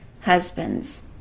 husbands